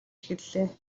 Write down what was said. эхэллээ